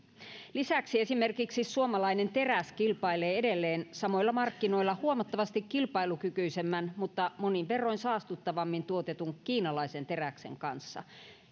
lisäksi esimerkiksi suomalainen teräs kilpailee edelleen samoilla markkinoilla huomattavasti kilpailukykyisemmän mutta monin verroin saastuttavammin tuotetun kiinalaisen teräksen kanssa